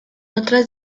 otras